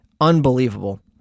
unbelievable